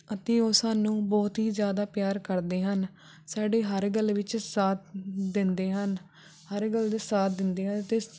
ਅਤੇ ਉਹ ਸਾਨੂੰ ਬਹੁਤ ਹੀ ਜ਼ਿਆਦਾ ਪਿਆਰ ਕਰਦੇ ਹਨ ਸਾਡੀ ਹਰ ਗੱਲ ਵਿੱਚ ਸਾਥ ਦਿੰਦੇ ਹਨ ਹਰ ਗੱਲ ਦਾ ਸਾਥ ਦਿੰਦੇ ਹਨ ਅਤੇ